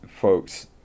folks